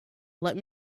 let